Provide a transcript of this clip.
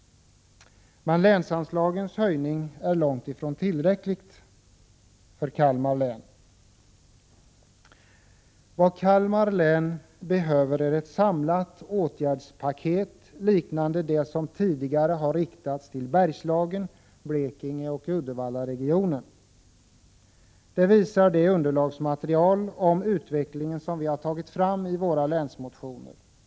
Men länsanslagets höjning är långt ifrån tillräcklig för länet. Vad Kalmar län behöver är ett samlat åtgärdspaket liknande dem som tidigare riktats till Bergslagen, Blekinge och Uddevallaregionen. Detta visar det underlagsma terial om utvecklingen som vi har tagit fram i våra länsmotioner. Länsstyrel — Prot.